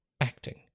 Acting